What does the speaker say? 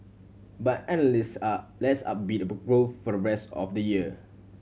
but analyst are less upbeat about growth for the rest of the year